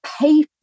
pay